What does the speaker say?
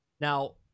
Now